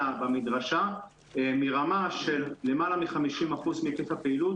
במדרשה מרמה של למעלה מ-50% מתיק הפעילות,